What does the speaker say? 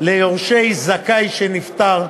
ליורשי זכאי שנפטר.